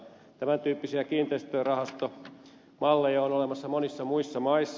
tämän tyyppisiä kiinteistörahastomalleja on olemassa monissa muissa maissa